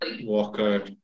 Walker